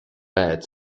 bed